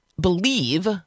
believe